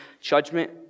judgment